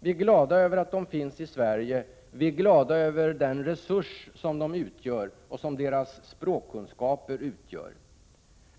Vi är glada över att de finns i Sverige. Vi är glada över den resurs som de utgör och som deras språkkunskaper utgör.